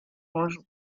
morzu